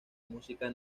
música